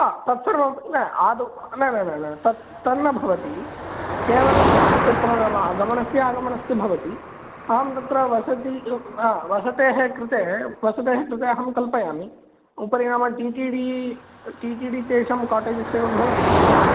तत्सर्वमपि न आदौ न न न न तत् तन्न भवति केवलं तत्र नाम गमनस्य आगमनस्य भवति अहं तत्र वसति वसतेः कृते वसतेः कृते अहं कल्पयामि उपरि नाम T T D T T D तेषां काटेजस् एव भवन्ति